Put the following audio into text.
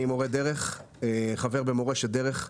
אני מורה דרך וחבר במורשת דרך.